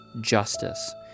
justice